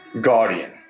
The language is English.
guardian